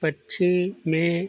पक्षी में